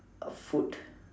uh food